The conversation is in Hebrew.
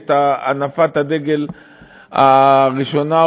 את הנפת הדגל הראשונה,